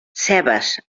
cebes